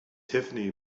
tiffany